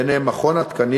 בהם: מכון התקנים,